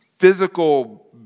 physical